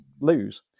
lose